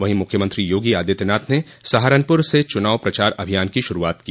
वहीं मुख्यमंत्री योगी आदित्यनाथ ने सहारनपुर से चुनाव प्रचार अभियान की शुरूआत की